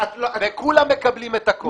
סגורים, וכולם מקבלים את הקוד.